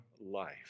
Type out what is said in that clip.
life